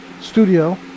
studio